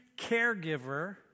caregiver